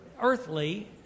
earthly